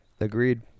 agreed